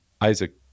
Isaac